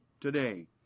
today